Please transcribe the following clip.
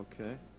Okay